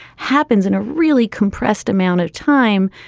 happens in a really compressed amount of time?